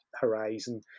horizon